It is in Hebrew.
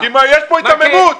יש כאן היתממות.